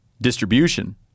distribution